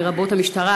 לרבות המשטרה,